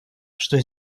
что